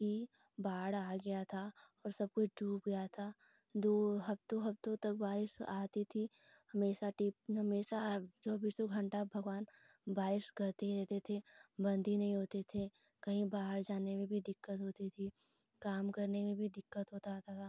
कि बाढ़ आ गया था और सब कुछ डूब गया था दो हफ्तों हफ्तों तक बारिस आती थी हमेसा टिप हमेसा चौबीसों घंटा भगवान बारिश करते ही रहेते थे बंद ही नहीं होते थे कहीं बाहर जाने में भी दिक्कत होती थी काम करने में भी दिक्कत होता होता था